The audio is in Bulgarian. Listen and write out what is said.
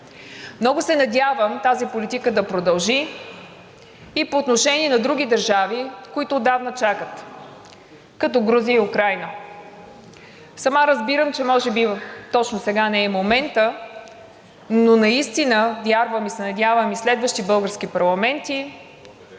Много се надявам тази политика да продължи и по отношение на други държави, които отдавна чакат, като Грузия и Украйна. Сама разбирам, че може би точно сега не е моментът, но наистина вярвам и се надявам и следващи български парламенти